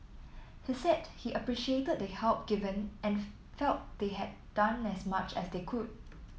he said he appreciated the help given and felt they had done as much as they could